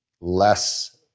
less